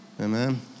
Amen